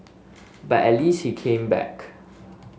but at least he came back